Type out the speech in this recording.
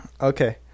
Okay